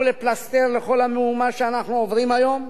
פלסתר בכל המהומה שאנחנו עוברים היום,